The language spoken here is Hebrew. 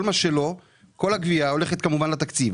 כל מה שלא כל הגבייה הולכת כמובן לתקציב,